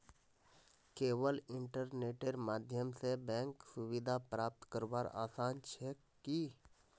केवल इन्टरनेटेर माध्यम स बैंक सुविधा प्राप्त करवार आसान छेक की